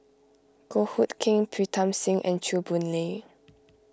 Goh Hood Keng Pritam Singh and Chew Boon Lay